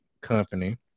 company